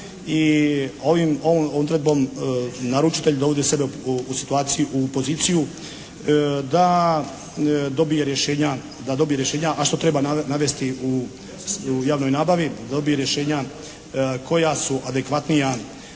ovom odredbom naručitelj dovodi sebe u situaciju, u poziciju da dobije rješenja, da dobije rješenja a što treba navesti u javnoj nabavi. Da dobije rješenja koja su adekvatnija,